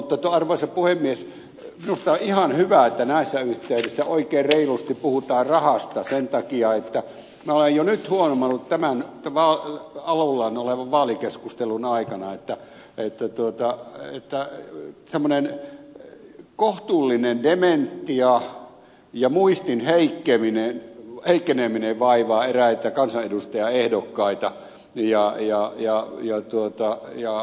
mutta arvoisa puhemies minusta on ihan hyvä että näissä yhteyksissä oikein reilusti puhutaan rahasta sen takia että minä olen jo nyt huomannut tämän alullaan olevan vaalikeskustelun aikana että semmoinen kohtuullinen dementia ja muistin heikkeneminen vaivaa eräitä kansanedustajaehdokkaita ja ohjaaja ja tuottaja ja